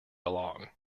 along